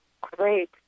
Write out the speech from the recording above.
Great